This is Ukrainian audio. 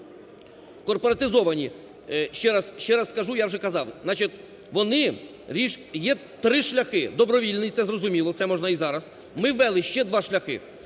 корпоратизовані, ще раз кажу, я вже казав, значить вони… Є три шляхи: добровільний, це зрозуміло, це можна і зараз, ми ввели ще два шляхи,